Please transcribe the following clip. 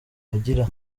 agira